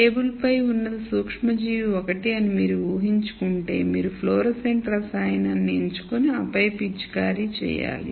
table పై ఉన్నది సూక్ష్మజీవి ఒకటి అని మీరు ఊహించుకుంటే మీరు ఫ్లోరోసెంట్ రసాయనాన్ని ఎంచుకొని ఆపై పిచికారీ చేయాలి